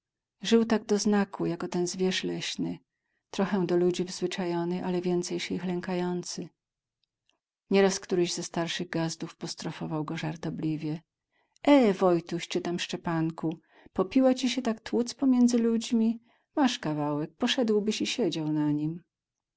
żył tak doznaku jako ten zwierz leśny trochę do ludzi wzwyczajony ale więcej się ich lękający nieraz któryś ze starszych gazdów postrofował go żartobliwie e wojtuś czy tam szczepanku pokiela ci sie tak tłuc pomiędzy ludźmi masz kawałek poszedłbyś i siedziałbyś na nim